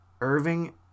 Irving